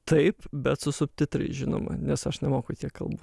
taip bet su subtitrais žinoma nes aš nemoku tiek kalbų